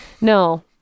No